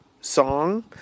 song